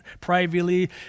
privately